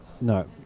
No